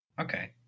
okay